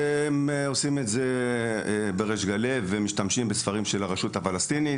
אכן עושים את זה בריש גלי ומשתמשים בספרי הלימוד של הרשות הפלסטינית.